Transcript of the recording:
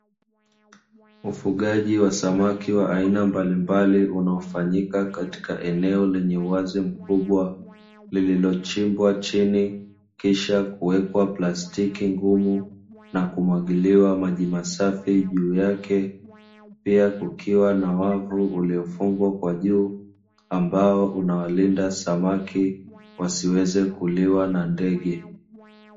Ufugaji wa samaki wa aina mbalimbali unaofanyika katika eneo lenye uwazi mkubwa, lililochimbwa chini kisha kuwekwa plastiki ngumu, na kumwagiliwa maji masafi juu yake, pia kukiwa na wavu uliofungwa kwa juu ambao unaowalinda samaki wasiweze kuliwa na ndege.